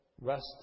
rest